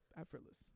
effortless